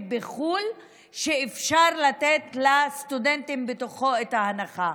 בחו"ל שאפשר לתת לסטודנטים בו את ההנחה.